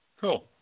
Cool